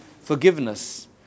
forgiveness